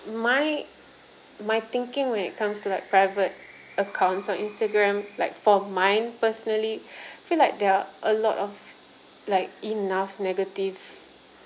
my my thinking when it comes to like private accounts on instagram like for mine personally I feel like there are a lot of like enough negative